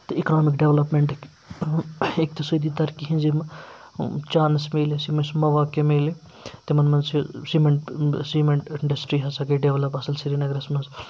تہٕ اِکانمِک ڈٮ۪ولَپمٮ۪نٛٹٕکۍ اقتِصٲدی ترقی ہِنٛز یِم چانٕس مِلہِ اَسہِ یِم اَسہِ مواقع مِلہِ تِمن منٛز چھِ سیٖمٮ۪نٛٹ سیٖمٮ۪نٛٹ اِنٛڈسٹِرٛی ہسا گٔے ڈٮ۪ولَپ اَصٕل سرینَگرَس منٛز